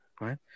Right